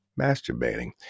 masturbating